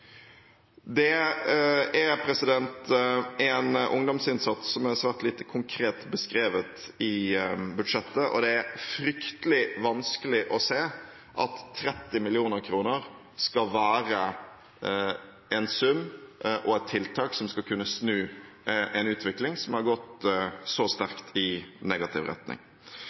Det er en ungdomsinnsats som er svært lite konkret beskrevet i budsjettet, og det er fryktelig vanskelig å se at 30 mill. kr skal være en sum og et tiltak som skal kunne snu en utvikling som har gått så sterkt i negativ retning.